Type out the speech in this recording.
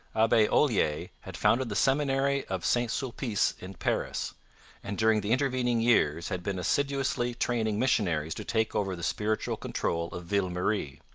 abbe olier had founded the seminary of st sulpice in paris and during the intervening years had been assiduously training missionaries to take over the spiritual control of ville marie.